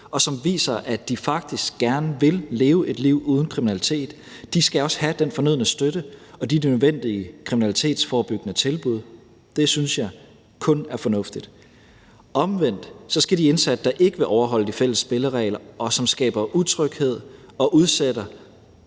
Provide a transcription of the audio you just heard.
og som viser, at de faktisk gerne vil leve et liv uden kriminalitet, skal også have den fornødne støtte og de nødvendige kriminalitetsforebyggende tilbud. Det synes jeg kun er fornuftigt. Omvendt skal de indsatte, der ikke vil overholde de fælles spilleregler, og som skaber utryghed og udsætter